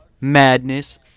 Madness